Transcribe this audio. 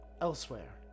elsewhere